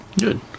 Good